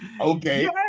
Okay